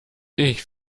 ich